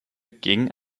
gegen